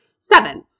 seven